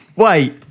Wait